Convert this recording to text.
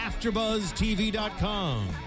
AfterBuzzTV.com